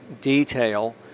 detail